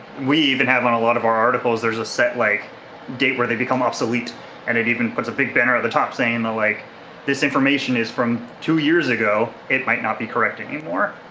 we even have on a lot of our articles, there's a set like date where they become obsolete and it even puts a big banner at the top saying that like this information is from two years ago, it might not be correct anymore.